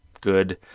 good